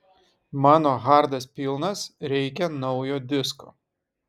mano hardas pilnas reikia naujo disko